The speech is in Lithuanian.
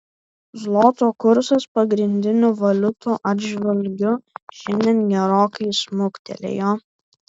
zloto kursas pagrindinių valiutų atžvilgiu šiandien gerokai smuktelėjo